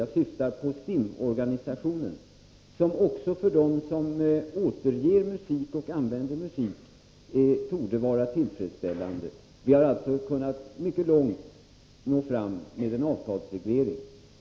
Jag syftar på STIM-organisationen, som också för den som återger och använder musik torde kunna vara tillfredsställande. Vi har alltså där nått mycket långt med en avtalsreglering.